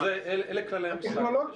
אלה כללי המשחק.